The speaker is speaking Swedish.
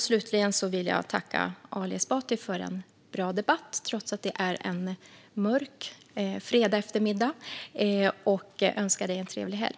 Slutligen vill jag tacka Ali Esbati för en bra debatt, trots att det är en mörk fredagseftermiddag. Jag önskar en trevlig helg.